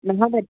নহয় বাইদেউ